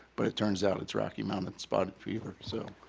but it turns out it's rocky mountain spotted fever, so.